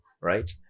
Right